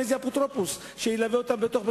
איזה אפוטרופוס שילווה אותם בתוך בית-ספר?